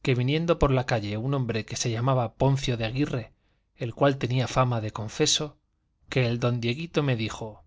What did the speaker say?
que viniendo por la calle un hombre que se llamaba poncio de aguirre el cual tenía fama de confeso que el don dieguito me dijo